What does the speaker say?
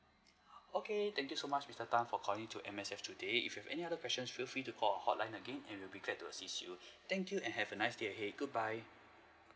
okay thank you so much mister tan for calling to M_S_F today if you have any other questions feel free to call hotline again and we will be glad to assist you thank you and have a nice day ahead goodbye